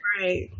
right